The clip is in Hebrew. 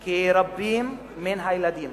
כי רבים מן הילדים